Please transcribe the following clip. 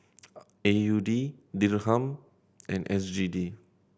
A U D Dirham and S G D